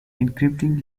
encrypting